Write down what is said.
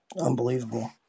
unbelievable